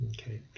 Okay